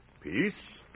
Peace